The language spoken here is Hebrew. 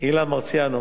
אילן מרסיאנו